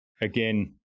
again